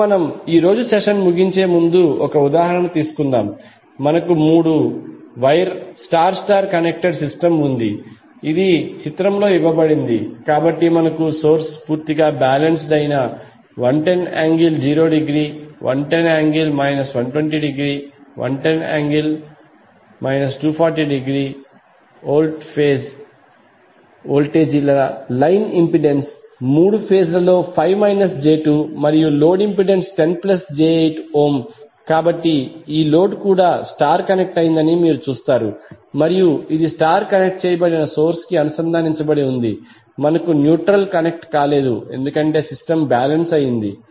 ఇప్పుడు మనము ఈరోజు సెషన్ ముగించే ముందు ఒక ఉదాహరణ తీసుకుందాం మనకు మూడు wire star star connected system ఉంది ఇది చిత్రంలో ఇవ్వబడింది కాబట్టి మనకు సోర్స్ పూర్తిగా బాలెన్స్డ్ అయిన 110∠0 ° 110∠ 120 ° 110∠ 240 ° వోల్ట్ ఫేజ్ వోల్టేజీల లైన్ ఇంపెడెన్స్ మూడు ఫేజ్ ల లో 5 j2 మరియు లోడ్ ఇంపెడెన్స్ 10 j8 ఓం కాబట్టి ఈ లోడ్ కూడా స్టార్ కనెక్ట్ అయిందని మీరు చూస్తారు మరియు ఇది స్టార్ కనెక్ట్ చేయబడిన సోర్స్ కి అనుసంధానించబడి ఉంది మనకు న్యూట్రల్ కనెక్ట్ కాలేదు ఎందుకంటే సిస్టమ్ బాలెన్స్ అయింది